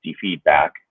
feedback